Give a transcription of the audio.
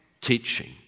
teaching